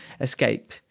escape